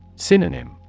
Synonym